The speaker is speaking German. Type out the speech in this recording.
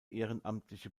ehrenamtliche